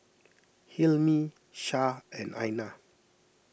Hilmi Shah and Aina